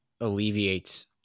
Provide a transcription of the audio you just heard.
alleviates